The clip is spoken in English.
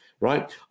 right